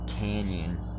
Canyon